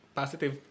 positive